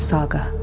Saga